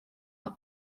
are